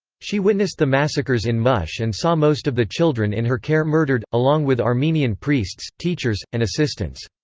she witnessed the massacres in mush and saw most of the children in her care murdered, along with armenian priests, teachers, and assistants.